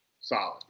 solid